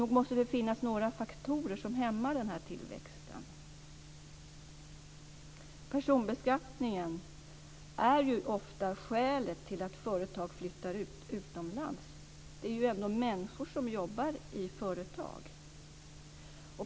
Nog måste det finnas några faktorer som hämmar den här tillväxten. Personbeskattningen är ofta skälet till att företag flyttar utomlands. Det är ändå människor som jobbar i företag.